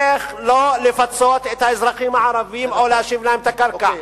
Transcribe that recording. איך לא לפצות את האזרחים הערבים או להשיב להם את הקרקע.